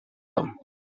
them